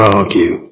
argue